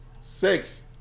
six